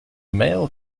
male